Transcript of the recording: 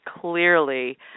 clearly